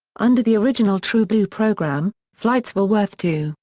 under the original trueblue program, flights were worth two,